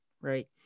right